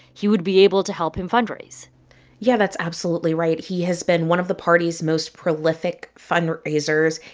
he would be able to help him fundraise yeah, that's absolutely right. he has been one of the party's most prolific fundraisers.